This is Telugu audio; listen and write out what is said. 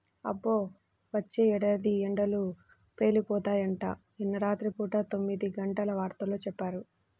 అబ్బో, వచ్చే ఏడాది ఎండలు పేలిపోతాయంట, నిన్న రాత్రి పూట తొమ్మిదిగంటల వార్తల్లో చెప్పారు